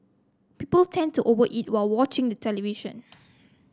people tend to over eat while watching the television